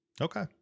Okay